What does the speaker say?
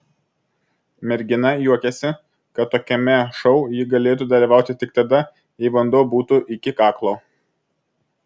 mergina juokėsi kad tokiame šou ji galėtų dalyvauti tik tada jei vanduo būtų iki kaklo